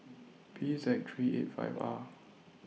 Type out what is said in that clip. P Z three eight five R